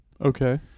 Okay